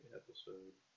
episode